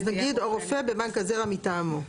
אז נגיד "הרופא בבנק הזרע מטעמו".